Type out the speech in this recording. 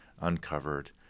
uncovered